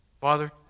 Father